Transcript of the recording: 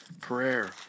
prayer